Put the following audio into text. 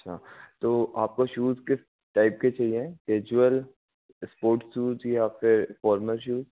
अच्छा तो आपको शूज़ किस टाइप के चाहिए केजुअल इस्पोर्ट शूज़ या फिर फॉर्मल शूज़